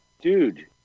Dude